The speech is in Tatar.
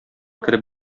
кереп